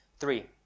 Three